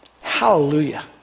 Hallelujah